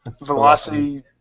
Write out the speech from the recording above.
Velocity